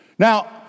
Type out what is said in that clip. Now